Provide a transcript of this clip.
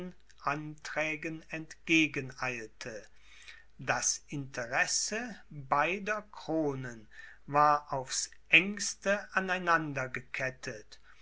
entgegen eilte das interesse beider kronen war aufs engste aneinander gekettet